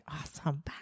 awesome